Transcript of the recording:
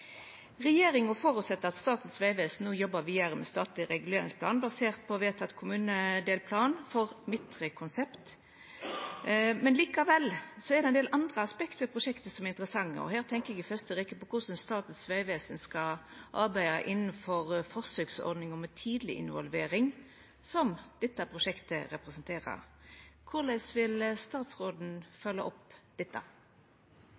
Regjeringa føreset at Statens vegvesen jobbar vidare med statleg reguleringsplan basert på vedtatt kommunedelplan for midtre konsept. Likevel er det andre aspekt ved prosjektet som er interessante. Her tenkjer eg i første rekke på korleis Statens vegvesen skal arbeide innanfor forsøksordninga med «tidleg involvering», som dette, og E6 Fauske–Mørsvikbotn representerer. Korleis vil statsråden